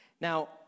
Now